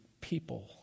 people